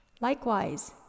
Likewise